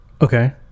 okay